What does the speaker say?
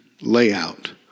layout